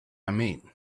mean